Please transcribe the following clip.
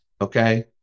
okay